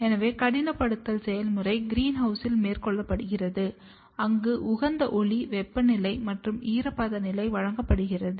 எனவே கடினப்படுத்துதல் செயல்முறை கிரீன்ஹவுஸில் மேற்கொள்ளப்படுகிறது அங்கு உகந்த ஒளி வெப்பநிலை மற்றும் ஈரப்பத நிலையை வழங்கப்படுகிறது